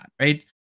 right